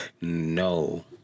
No